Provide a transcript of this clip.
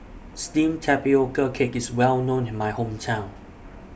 Steamed Tapioca Cake IS Well known in My Hometown